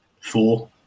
four